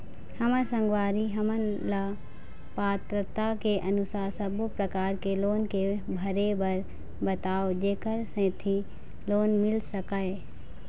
हमर संगवारी हमन ला पात्रता के अनुसार सब्बो प्रकार के लोन के भरे बर बताव जेकर सेंथी लोन मिल सकाए?